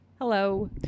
Hello